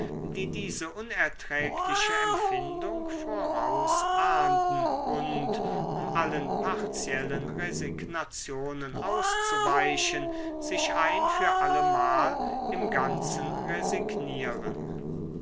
die diese unerträgliche empfindung vorausahnden und um allen partiellen resignationen auszuweichen sich ein für allemal im ganzen resignieren